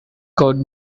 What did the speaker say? could